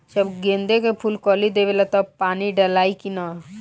जब गेंदे के फुल कली देवेला तब पानी डालाई कि न?